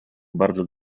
bardzo